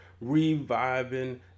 reviving